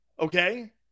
okay